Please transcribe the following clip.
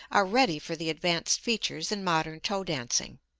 are ready for the advanced features in modern toe dancing.